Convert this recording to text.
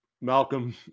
Malcolm